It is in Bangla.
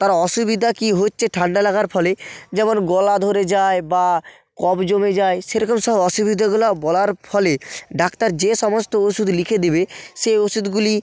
তার অসুবিধা কি হচ্ছে ঠান্ডা লাগার ফলে যেমন গলা ধরে যায় বা কফ জমে যায় সেরকম সব অসুবিধা গুলা বলার ফলে ডাক্তার যে সমস্ত ওষুধ লিখে দেবে সেই ওষুধগুলি